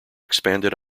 expanded